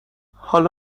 حالا